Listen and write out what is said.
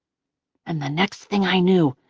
and the next thing i knew,